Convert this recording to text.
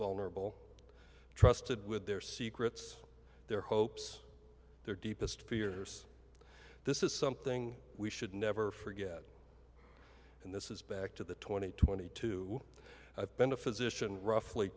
vulnerable trusted with their secrets their hopes their deepest fears this is something we should never forget and this is back to the two thousand and twenty two i've been a physician roughly